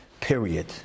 Period